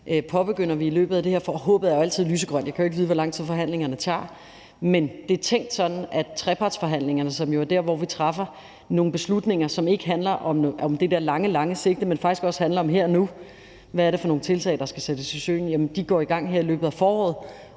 påbegynder vi i løbet af det her forår – håbet er jo altid lysegrønt. Jeg kan ikke vide, hvor lang tid forhandlingerne tager, men det er tænkt sådan, at trepartsforhandlingerne, som jo er det sted, hvor vi træffer nogle beslutninger, som ikke handler om det lange sigte, men faktisk handler om her og nu og om, hvad det er for nogle tiltag, der skal sættes i søen, går i gang her i løbet af foråret.